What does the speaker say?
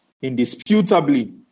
Indisputably